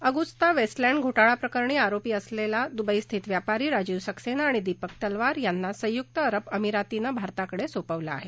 Agusta Westland घोटाळा प्रकरणी आरोपी असलेला दुबईस्थित व्यापारी राजीव सक्सेना आणि दीपक तलवार यांना संयुक्त अरब अमिरातीनं भारताकडे सोपवलं आहे